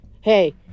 hey